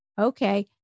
okay